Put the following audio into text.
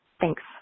Thanks